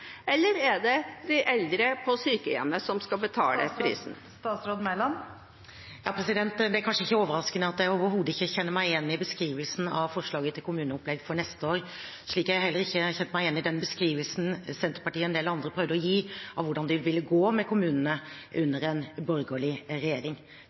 Eller er det de eldre på sykehjemmet som skal betale prisen? Det er kanskje ikke overraskende at jeg overhodet ikke kjenner meg igjen i beskrivelsen av forslaget til kommuneopplegg for neste år, slik jeg heller ikke kjente meg igjen i den beskrivelsen Senterpartiet og en del andre prøvde å gi av hvordan det ville gå med kommunene